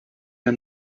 der